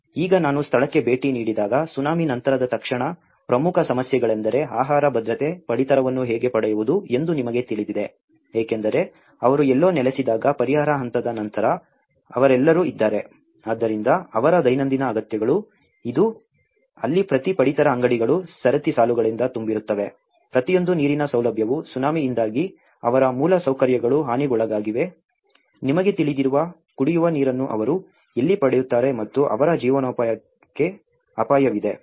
ಹಾಗಾಗಿ ಈಗ ನಾನು ಸ್ಥಳಕ್ಕೆ ಭೇಟಿ ನೀಡಿದಾಗ ಸುನಾಮಿ ನಂತರದ ತಕ್ಷಣ ಪ್ರಮುಖ ಸಮಸ್ಯೆಗಳೆಂದರೆ ಆಹಾರ ಭದ್ರತೆ ಪಡಿತರವನ್ನು ಹೇಗೆ ಪಡೆಯುವುದು ಎಂದು ನಿಮಗೆ ತಿಳಿದಿದೆ ಏಕೆಂದರೆ ಅವರು ಎಲ್ಲೋ ನೆಲೆಸಿದಾಗ ಪರಿಹಾರ ಹಂತದ ನಂತರ ಅವರೆಲ್ಲರೂ ಇದ್ದಾರೆ ಆದ್ದರಿಂದ ಅವರ ದೈನಂದಿನ ಅಗತ್ಯಗಳು ಇದು ಅಲ್ಲಿ ಪ್ರತಿ ಪಡಿತರ ಅಂಗಡಿಗಳು ಸರತಿ ಸಾಲುಗಳಿಂದ ತುಂಬಿರುತ್ತವೆ ಪ್ರತಿಯೊಂದು ನೀರಿನ ಸೌಲಭ್ಯವು ಸುನಾಮಿಯಿಂದಾಗಿ ಅವರ ಮೂಲಸೌಕರ್ಯಗಳು ಹಾನಿಗೊಳಗಾಗಿವೆ ನಿಮಗೆ ತಿಳಿದಿರುವ ಕುಡಿಯುವ ನೀರನ್ನು ಅವರು ಎಲ್ಲಿ ಪಡೆಯುತ್ತಾರೆ ಮತ್ತು ಅವರ ಜೀವನೋಪಾಯಕ್ಕೆ ಅಪಾಯವಿದೆ